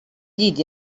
llit